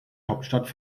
hauptstadt